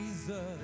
Jesus